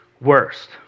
worst